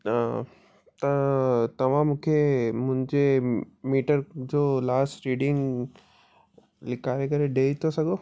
त तव्हां मूंखे मुंहिंजे मीटर जो लास्ट रीडिंग लिकाए करे ॾेई थो सघो